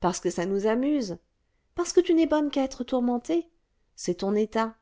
parce que ça nous amuse parce que tu n'es bonne qu'à être tourmentée c'est ton état